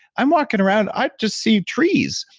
i'm walking around, i just see trees.